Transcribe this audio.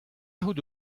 emaout